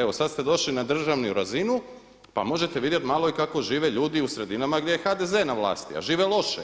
Evo sada ste došli na državnu razinu pa možete vidjeti malo i kako žive ljudi u sredinama gdje je HDZ na vlasti, a žive loše,